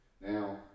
Now